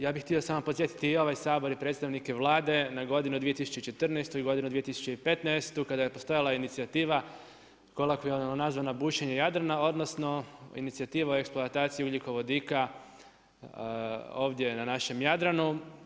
Ja bi htio samo podsjetiti i ovaj Sabor i predstavnike Vlade na godinu 2014. i godinu 2015. kada je postojala inicijativa, kolokvijalno nazvana „bušenje Jadrana“ odnosno inicijativa o eksploataciji ugljikovodika ovdje na našem Jadranu.